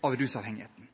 en